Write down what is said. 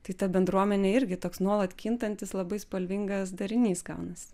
tai ta bendruomenė irgi toks nuolat kintantis labai spalvingas darinys gaunasi